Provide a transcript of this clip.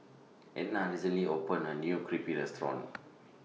Edna recently opened A New Crepe Restaurant